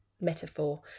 metaphor